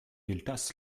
gueltas